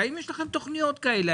האם יש לכם תכניות כאלה?